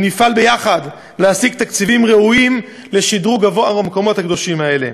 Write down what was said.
ונפעל ביחד להשיג תקציבים ראויים לשדרוג גבוה במקומות הקדושים האלה.